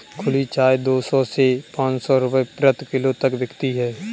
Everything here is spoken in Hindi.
खुली चाय दो सौ से पांच सौ रूपये प्रति किलो तक बिकती है